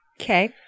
Okay